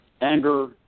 anger